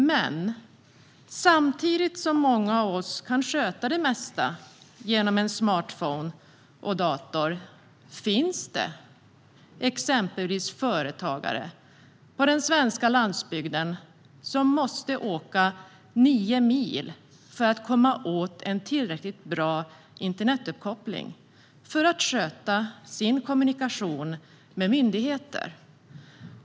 Men samtidigt som många av oss kan sköta det mesta genom en smartphone och en dator finns det exempelvis företagare på den svenska landsbygden som måste åka nio mil för att komma åt en tillräckligt bra internetuppkoppling för att kunna sköta sin kommunikation med myndigheter.